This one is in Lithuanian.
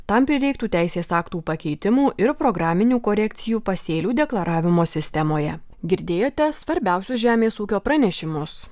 tam prireiktų teisės aktų pakeitimų ir programinių korekcijų pasėlių deklaravimo sistemoje girdėjote svarbiausius žemės ūkio pranešimus